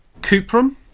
cuprum